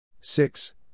six